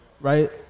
right